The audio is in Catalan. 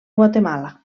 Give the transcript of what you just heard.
guatemala